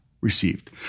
received